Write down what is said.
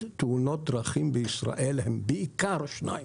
תאונות דרכים בישראל הם בעיקר שניים: